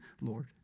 Lord